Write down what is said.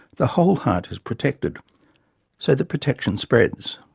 the whole heart is protected so the protection spreads.